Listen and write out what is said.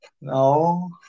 No